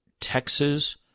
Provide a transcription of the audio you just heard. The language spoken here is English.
Texas—